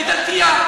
היא דתייה.